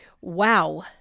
wow